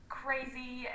crazy